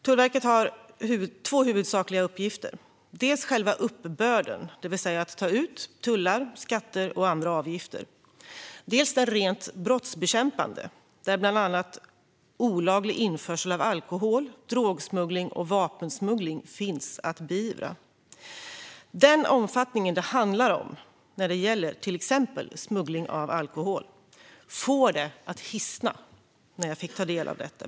Tullverket har två huvudsakliga uppgifter: dels själva uppbörden, det vill säga att ta ut tullar, skatter och andra avgifter, dels den rent brottsbekämpande, där bland annat olaglig införsel av alkohol, smuggling av droger och smuggling av vapen finns att beivra. När jag fick ta del av omfattningen det handlar om när det gäller till exempel smuggling av alkohol fick det mig att hisna.